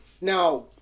Now